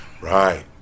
right